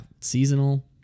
Seasonal